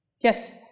Yes